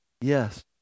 yes